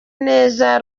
neza